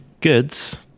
Goods